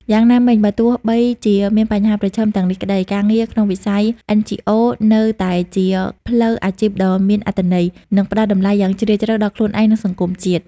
យ៉ាងណាមិញ បើទោះបីជាមានបញ្ហាប្រឈមទាំងនេះក្តី ការងារក្នុងវិស័យ NGO នៅតែជា ផ្លូវអាជីពដ៏មានអត្ថន័យ និងផ្តល់តម្លៃយ៉ាងជ្រាលជ្រៅដល់ខ្លូនឯង និងសង្គមជាតិ។